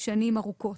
שנים ארוכות.